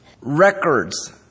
records